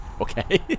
okay